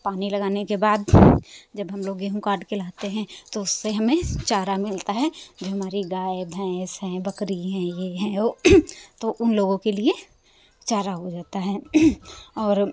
तो पानी लगाने के बाद जब हम लोग गेहूं काट के लाते हैं तो उससे हमें चारा मिलता है जो हमारी गाय भैंस हैं बकरी हैं ये हैं वो तो उन लोगों के लिए चारा वो रहता है और